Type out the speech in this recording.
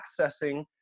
accessing